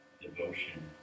devotion